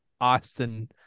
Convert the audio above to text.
Austin